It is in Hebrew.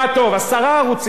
ואני רוצה לפנות עכשיו,